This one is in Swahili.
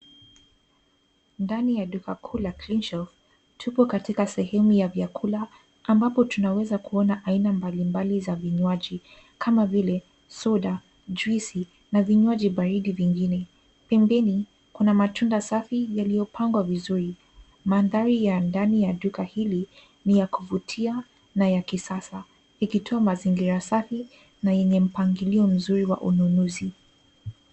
Ndani ya duka kuu la Cleanshelf, tupo katika sehemu ya vyakula ambapo tunaweza kuona aina mbalimbali za vinywaji, kama vile soda, juisi na vinywaji baridi vingine. Pembeni, kuna matunda safi yaliyopangwa vizuri. Mandhari ya ndani ya duka hili, ni ya kuvutia na ya kisasa, ikitoa mazingira safi na yenye mpangilio mzuri wa ununuzi.